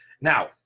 Now